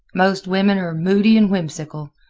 most women are moody and whimsical.